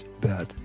bet